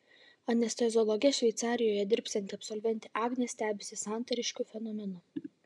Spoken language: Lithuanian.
anesteziologe šveicarijoje dirbsianti absolventė agnė stebisi santariškių fenomenu